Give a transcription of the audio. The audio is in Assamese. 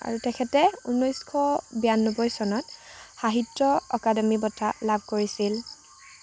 আৰু তেখেতে উনৈছশ বিৰান্নব্বৈ চনত সাহিত্য অকাডেমি বঁটা লাভ কৰিছিল